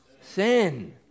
sin